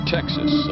Texas